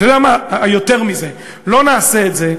אתה יודע מה, יותר מזה, לא נעשה את זה,